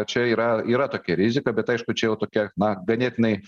čia yra yra tokia rizika bet aišku čia jau tokia na ganėtinai